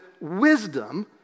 wisdom